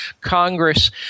Congress